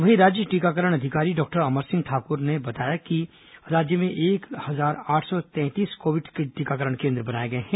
वहीं राज्य टीकाकरण अधिकारी डॉक्टर अमर सिंह ठाकुर ने कहा कि राज्य में एक हजार आठ सौ तैंतीस कोविड टीकाकरण केन्द्र है